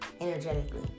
energetically